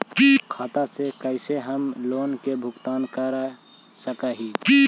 खाता से कैसे हम लोन के भुगतान कर सक हिय?